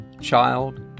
child